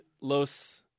Los